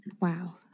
wow